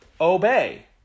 obey